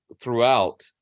throughout